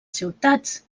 ciutats